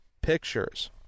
pictures